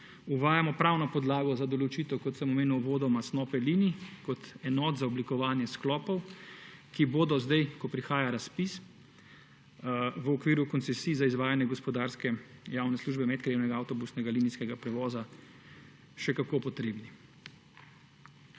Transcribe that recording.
uvajamo pravno podlago za določitev, kot sem omenil uvodoma, snope linij kot enot za oblikovanje sklopov, ki bodo zdaj, ko prihaja razpis v okviru koncesij za izvajanje gospodarske javne službe medkrajevnega avtobusnega linijskega prevoza, še kako potrebni.